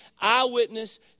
eyewitness